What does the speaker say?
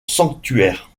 sanctuaire